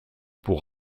pour